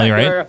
right